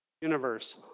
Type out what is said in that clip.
universe